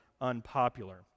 unpopular